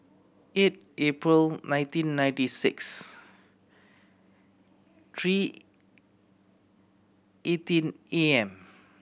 eight April nineteen ninety six three eighteen A M